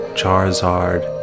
Charizard